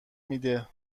میده